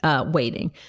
waiting